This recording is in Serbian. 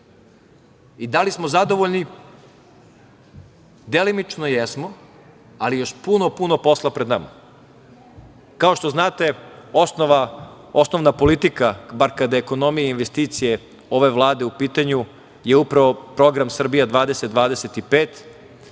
li smo zadovoljni? Delimično jesmo, ali je još puno posla pred nama. Kao što znate, osnovna politika, bar kada je ekonomija i investicije ove Vlade u pitanju, upravo je program „Srbija 20-25“.